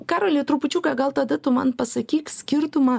karoli trupučiuką gal tada tu man pasakyk skirtumą